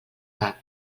cap